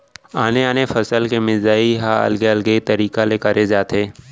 आने आने फसल के मिंजई ह अलगे अलगे तरिका ले करे जाथे